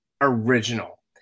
original